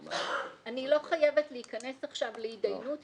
אני לא חייבת להיכנס עכשיו להתדיינות,